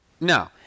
No